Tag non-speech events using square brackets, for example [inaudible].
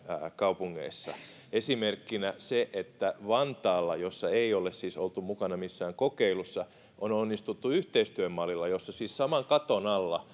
kaupungeissa esimerkkinä se että vantaalla joka ei ole siis ollut mukana missään kokeilussa on onnistuttu yhteistyömallilla jossa siis saman katon alla [unintelligible]